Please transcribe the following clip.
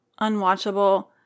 unwatchable